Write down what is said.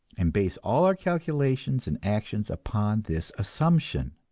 and base all our calculations and actions upon this assumption.